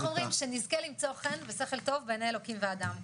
שנזכה למצוא חן ושכל טוב בעיני אלוקים ואדם.